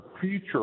future